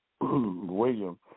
William